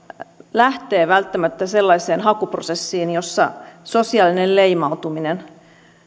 lähtee välttämättä sellaiseen hakuprosessiin jossa sosiaalinen leimautuminen